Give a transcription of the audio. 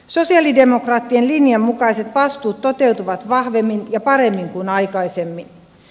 sosialidemokraattien linjan mukaiset vastuut toteutuvat vahvemmin ja paremmin kuin aikaisemmin